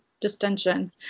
distension